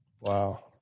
Wow